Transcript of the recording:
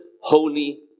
holy